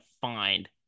find